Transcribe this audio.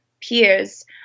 peers